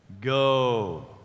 Go